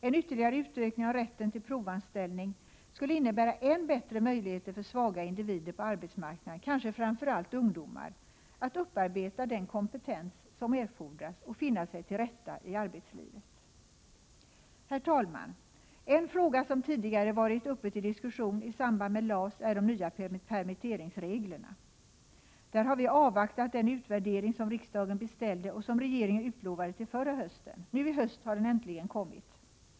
En ytterligare utökning av rätten till provanställning skulle innebära än bättre möjligheter för svaga individer på arbetsmarknaden, kanske framför allt ungdomar, att upparbeta den kompetens som erfordras och finna sig till rätta i arbetslivet. Herr talman! En fråga som tidigare varit uppe till diskussion i samband med LAS är de nya permitteringsreglerna. Där har vi avvaktat den utvärdering som riksdagen beställde och som regeringen utlovade till förra hösten. Nu i höst har den äntligen kommit.